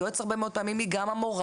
היועצת הרבה מאוד פעמים היא גם המורה.